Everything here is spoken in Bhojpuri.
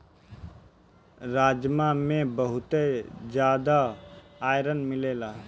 राजमा में बहुते जियादा आयरन मिलेला